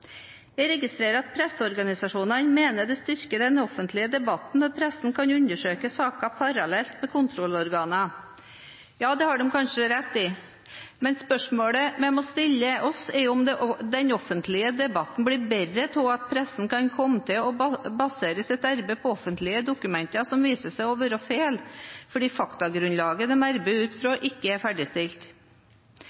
Jeg registrerer at presseorganisasjonene mener det styrker den offentlige debatten når pressen kan undersøke saker parallelt med kontrollorganene. Ja, det har de kanskje rett i. Men spørsmålet vi må stille oss, er om den offentlige debatten blir bedre av at pressen kan komme til å basere sitt arbeid på offentlige dokumenter som viser seg å være feil fordi faktagrunnlaget de arbeider ut fra,